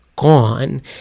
gone